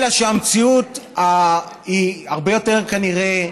אלא שהמציאות היא כנראה הרבה יותר,